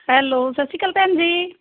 hello ਸਤਿ ਸ਼੍ਰੀ ਅਕਾਲ ਭੈਣ ਜੀ